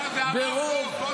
לא, זה עבר פה.